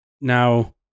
now